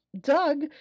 Doug